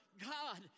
God